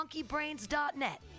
monkeybrains.net